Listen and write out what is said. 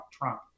Trump